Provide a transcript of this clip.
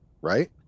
right